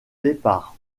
départ